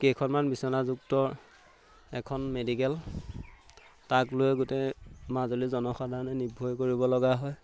কেইখনমান বিচনাযুক্ত এখন মেডিকেল তাক লৈ গোটেই মাজুলী জনসাধাৰণে নিৰ্ভৰ কৰিব লগা হয়